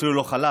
אפילו לא חלש,